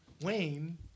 Wayne